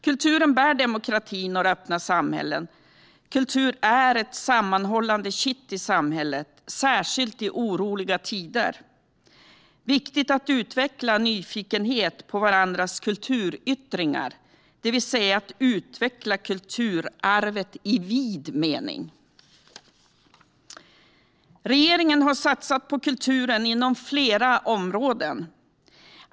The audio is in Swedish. Kulturen bär demokratin och det öppna samhället. Kultur är ett sammanhållande kitt i samhället, särskilt i oroliga tider. Det är viktigt att utveckla nyfikenhet på varandras kulturyttringar, det vill säga att utveckla kulturarvet i vid mening. Regeringen har satsat på kulturen på flera områden.